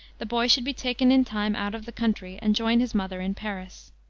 the boy should be taken in time out of the country, and join his mother in paris.